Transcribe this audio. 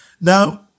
Now